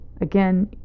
again